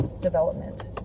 development